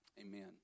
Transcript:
Amen